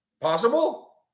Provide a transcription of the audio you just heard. possible